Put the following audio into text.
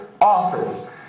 office